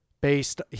Based